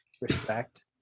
Respect